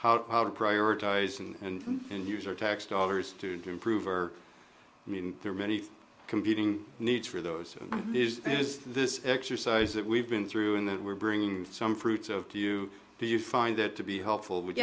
about how to prioritize and end user tax dollars to improve or i mean there are many competing needs for those is this exercise that we've been through and that we're bringing some fruits of to you do you find that to be helpful w